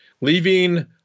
leaving